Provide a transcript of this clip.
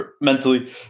mentally